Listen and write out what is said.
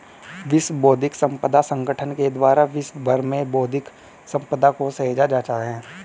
विश्व बौद्धिक संपदा संगठन के द्वारा विश्व भर में बौद्धिक सम्पदा को सहेजा जाता है